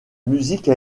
musique